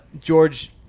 George